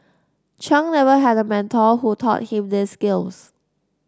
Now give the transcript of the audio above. Chung never had a mentor who taught him these skills